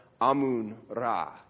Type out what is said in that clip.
Amun-Ra